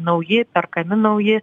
nauji perkami nauji